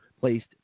placed